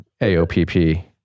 AOPP